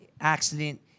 accident